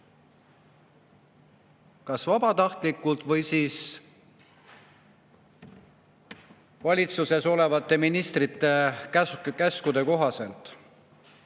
kahju vabatahtlikult või valitsuses olevate ministrite käsu kohaselt.